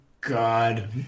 God